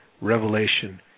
revelation